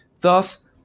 Thus